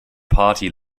party